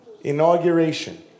inauguration